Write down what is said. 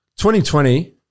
2020